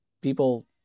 People